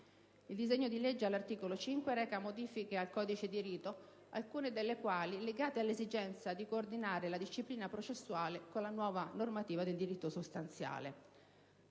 Il disegno di legge all'articolo 5 reca modifiche anche al codice di rito, alcune delle quali legate all'esigenza di coordinare la disciplina processuale con la nuova normativa di diritto sostanziale.